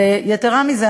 יתרה מזה,